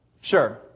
Sure